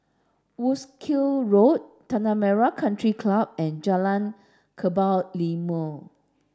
Wolskel Road Tanah Merah Country Club and Jalan Kebun Limau